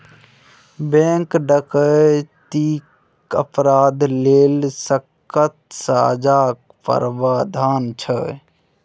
bank डकैतीक अपराध लेल सक्कत सजाक प्राबधान छै